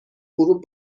غروب